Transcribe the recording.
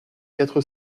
quatre